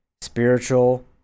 spiritual